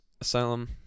asylum